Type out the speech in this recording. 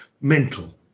mental